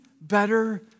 better